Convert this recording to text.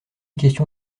question